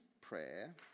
prayer